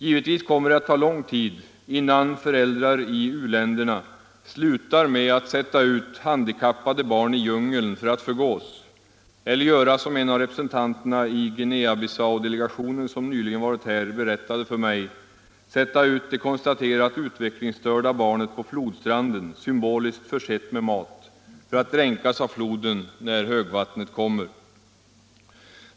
Givetvis kommer det att ta lång tid, innan föräldrar i u-länderna slutar med att sätta ut handikappade barn i djungeln för att förgås eller göra som en av representanterna i Guinea-Bissau-delegationen, som nyligen varit här, berättade för mig: sätta ut det konstaterat utvecklingsstörda barnet på flodstranden — symboliskt försett med mat — för att dränkas av floden när högvattnet kommer.